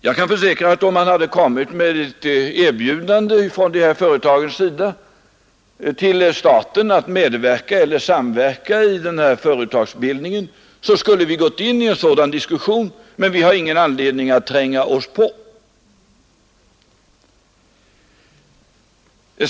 Jag kan också försäkra, att om man från dessa företag hade erbjudit staten att medverka eller samverka i denna företagsbildning, så skulle vi ha gått in i en diskussion härom. Men vi hade ingen anledning att tränga oss på.